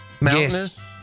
mountainous